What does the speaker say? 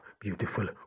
beautiful